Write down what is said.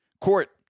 Court